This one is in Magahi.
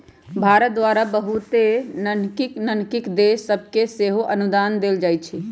भारत द्वारा बहुते नन्हकि नन्हकि देश सभके सेहो अनुदान देल जाइ छइ